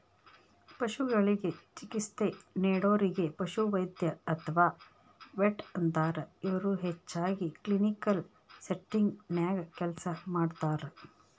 ಪಶುಗಳಿಗೆ ಚಿಕಿತ್ಸೆ ನೇಡೋರಿಗೆ ಪಶುವೈದ್ಯ ಅತ್ವಾ ವೆಟ್ ಅಂತಾರ, ಇವರು ಹೆಚ್ಚಾಗಿ ಕ್ಲಿನಿಕಲ್ ಸೆಟ್ಟಿಂಗ್ ನ್ಯಾಗ ಕೆಲಸ ಮಾಡ್ತಾರ